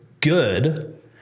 good